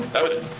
evident